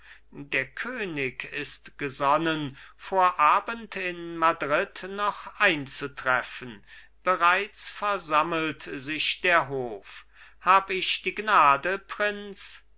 der könig ist gesonnen vor abend in madrid noch einzutreffen bereits versammelt sich der hof hab ich die gnade prinz